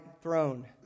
throne